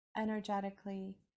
energetically